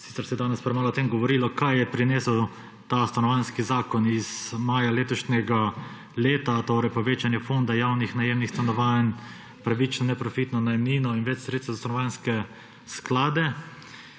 sicer se je danes premalo o tem govorilo, kaj je prinesel Stanovanjski zakon iz maja letošnjega leta. Torej, povečanje fonda javnih najemnih stanovanj, pravično neprofitno najemnino in več sredstev za stanovanjske sklade.